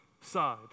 side